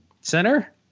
center